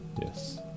yes